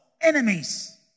Enemies